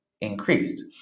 increased